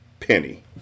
penny